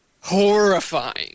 Horrifying